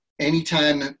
anytime